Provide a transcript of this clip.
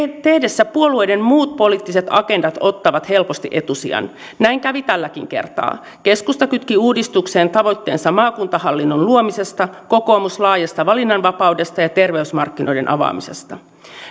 tehtäessä puolueiden muut poliittiset agendat ottavat helposti etusijan näin kävi tälläkin kertaa keskusta kytki uudistukseen tavoitteensa maakuntahallinnon luomisesta kokoomus laajasta valinnanvapaudesta ja terveysmarkkinoiden avaamisesta